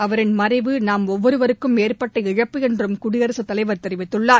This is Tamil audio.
அவரின் மறைவு நாம் ஒவ்வொருக்கும் ஏற்பட்ட இழப்பு என்றும் குடியரசுத் தலைவர் தெரிவித்துள்ளார்